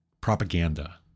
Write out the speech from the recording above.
propaganda